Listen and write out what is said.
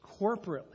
corporately